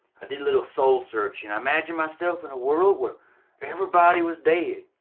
i did a little soul searching, i imagined myself in a world where everybody was dead.